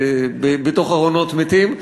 בתוך ארונות מתים.